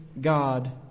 God